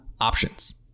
options